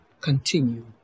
continue